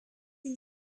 une